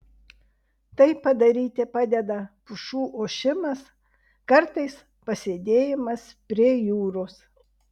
tai padaryti padeda pušų ošimas kartais pasėdėjimas prie jūros